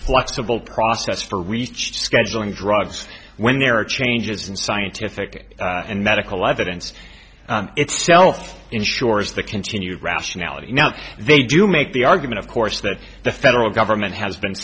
flexible process for research scheduling drugs when there are changes in scientific and medical evidence itself ensures the continued rationality now they do make the argument of course that the federal government has been